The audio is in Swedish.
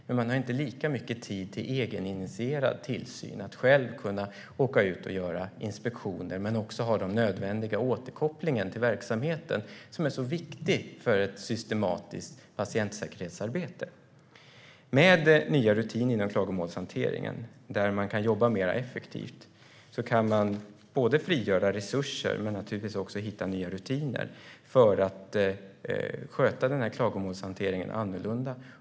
Man har dock inte lika mycket tid till egeninitierad tillsyn, det vill säga att själv åka ut och göra inspektioner - men också ha den nödvändiga återkoppling till verksamheten som är så viktig för ett systematiskt patientsäkerhetsarbete. Med den nya rutinen och klagomålshanteringen, där man kan jobba mer effektivt, kan man både frigöra resurser och naturligtvis hitta nya rutiner för att sköta klagomålshanteringen annorlunda.